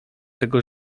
tego